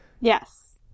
yes